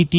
T